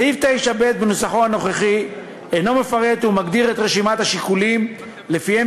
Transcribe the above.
סעיף 9ב בנוסחו הנוכחי אינו מפרט ומגדיר את רשימת השיקולים שלפיהם